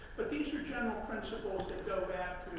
but these are general principles that go back